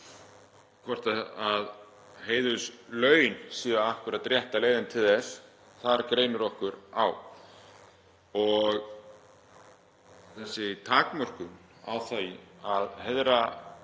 hvort að heiðurslaun séu akkúrat rétta leiðin til þess, þar greinir okkur á, eða þessi takmörkun á því að heiðra